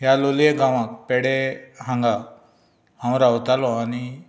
ह्या लोलयें गावांत पेडे हांगा हांव रावतालो आनी